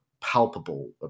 palpable